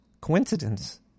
Coincidence